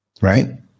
Right